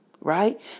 Right